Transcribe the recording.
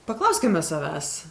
paklauskime savęs